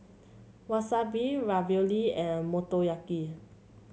Wasabi Ravioli and Motoyaki